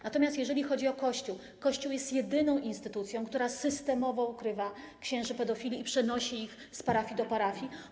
Natomiast jeżeli chodzi o Kościół, to Kościół jest jedyną instytucją, która systemowo ukrywa księży pedofili i przenosi ich z parafii do parafii.